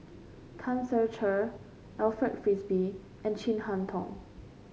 Tan Ser Cher Alfred Frisby and Chin Harn Tong